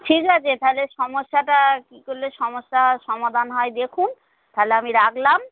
ঠিক আছে তাহলে সমস্যাটা কী করলে সমস্যা সমাধান হয় দেখুন তাহলে আমি রাখলাম